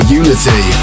unity